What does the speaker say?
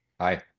Hi